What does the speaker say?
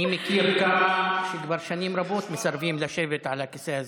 אני מכיר כמה שכבר שנים רבות מסרבים לשבת על הכיסא הזה,